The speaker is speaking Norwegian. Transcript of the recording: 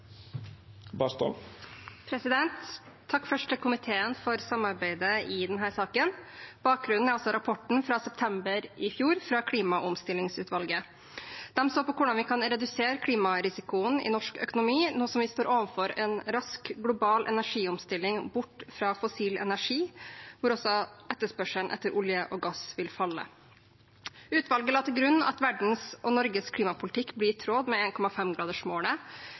minutt. Takk til komiteen for samarbeidet om denne saken. Bakgrunnen er altså rapporten fra klimaomstillingsutvalget fra september i fjor. De så på hvordan vi kan redusere klimarisikoen i norsk økonomi nå som vi står overfor en rask global energiomstilling bort fra fossil energi, der også etterspørselen etter olje og gass vil falle. Utvalget la til grunn at verdens og Norges klimapolitikk blir i tråd med 1,5-gradersmålet, dvs. en